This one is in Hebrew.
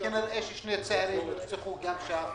כנראה שני צעירים נרצחו גם שם,